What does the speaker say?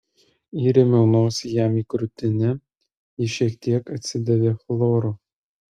įrėmiau nosį jam į krūtinę ji šiek tiek atsidavė chloru